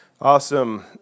Awesome